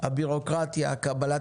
הוא כרוך בבירוקרטיה מרובה,